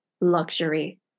luxury